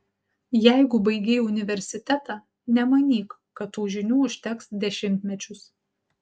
jeigu baigei universitetą nemanyk kad tų žinių užteks dešimtmečius